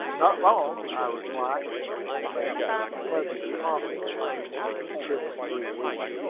not long, i replied, wishing to make things as pleasant as possible with him for the trip of three weeks.